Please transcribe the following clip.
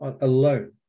alone